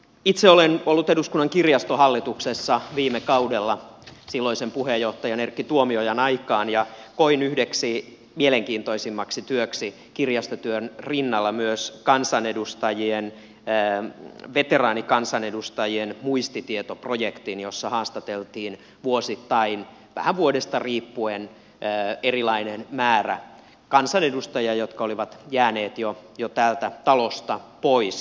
itse olen ollut eduskunnan kirjaston hallituksessa viime kaudella silloisen puheenjohtajan erkki tuomiojan aikaan ja koin yhdeksi mielenkiintoisimmista töistä kirjastotyön rinnalla myös veteraanikansanedustajien muistitietoprojektin jossa haastateltiin vuosittain vähän vuodesta riippuen erilainen määrä kansanedustajia jotka olivat jääneet jo täältä talosta pois